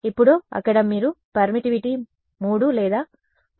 ఇప్పుడు అక్కడ మీరు పర్మిటివిటీ 3 లేదా 3